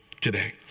today